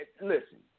listen